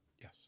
Yes